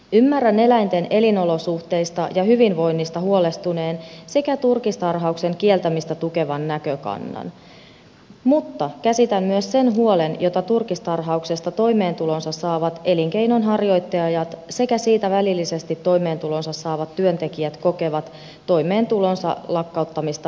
ymmärrän eläinten elinolosuhteista ja hyvinvoinnista huolestuneen sekä turkistarhauksen kieltämistä tukevan näkökannan mutta käsitän myös sen huolen jota turkistarhauksesta toimeentulonsa saavat elinkeinonharjoittajat sekä siitä välillisesti toimeentulonsa saavat työntekijät kokevat toimeentulonsa lakkauttamista vaativasta kansalaisaloitteesta